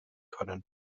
können